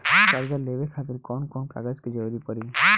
कर्जा लेवे खातिर कौन कौन कागज के जरूरी पड़ी?